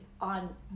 on